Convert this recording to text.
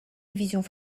divisions